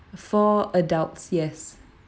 four adults yes